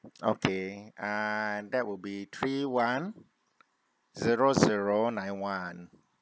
okay uh that will be three one zero zero nine one